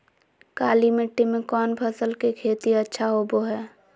काली मिट्टी में कौन फसल के खेती अच्छा होबो है?